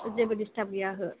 जेबो दिस्ताब गैया ओहो